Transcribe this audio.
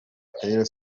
taylor